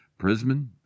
Prisman